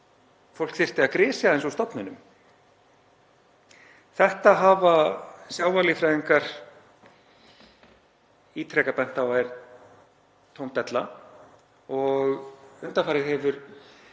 fólk þyrfti að grisja aðeins úr stofninum. Þetta hafa sjávarlíffæðingar ítrekað bent á að er tóm della og undanfarið hefur